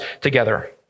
together